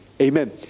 Amen